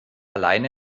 allein